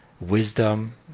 wisdom